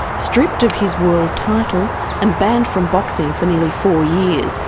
stripped of his world title and banned from boxing for nearly four years,